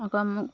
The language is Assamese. তাৰ পৰা মোক